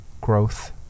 growth